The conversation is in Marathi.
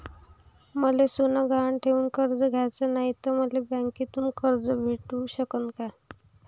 मले सोनं गहान ठेवून कर्ज घ्याचं नाय, त मले बँकेमधून कर्ज भेटू शकन का?